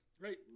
Right